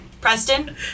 Preston